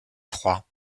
froids